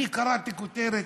אני קראתי את הכותרת,